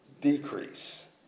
decrease